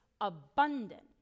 abundant